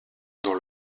dans